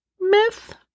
myth